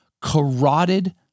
carotid